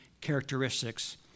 characteristics